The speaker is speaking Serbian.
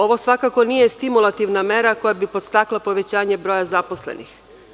Ovo svakako nije stimulativna mera koja bi podstakla povećanje broja zaposlenih.